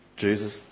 Jesus